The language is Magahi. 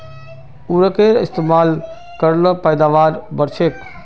उर्वरकेर इस्तेमाल कर ल पैदावार बढ़छेक